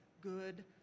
good